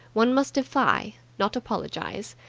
one must defy, not apologize.